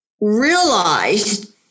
realized